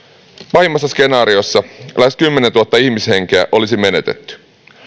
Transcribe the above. pahimmassa skenaariossa lähes kymmenentuhatta ihmishenkeä olisi menetetty